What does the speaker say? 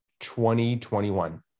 2021